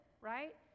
right